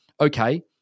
Okay